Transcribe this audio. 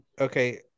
okay